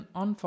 on